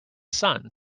sun